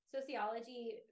sociology